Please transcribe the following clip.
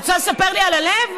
את רוצה לספר לי על "הלב"?